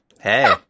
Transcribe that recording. hey